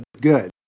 good